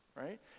right